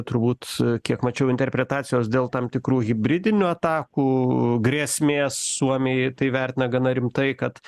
turbūt kiek mačiau interpretacijos dėl tam tikrų hibridinių atakų grėsmės suomiai tai vertina gana rimtai kad